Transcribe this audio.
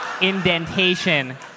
indentation